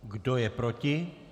Kdo je proti?